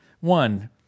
one